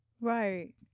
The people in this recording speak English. right